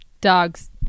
dogs